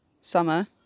summer